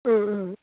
অঁ অঁ